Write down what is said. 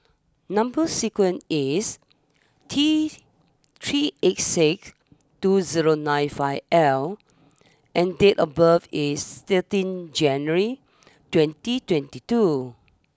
number sequence is T three eight six two zero nine five L and date of birth is thirteen January twenty twenty two